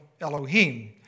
Elohim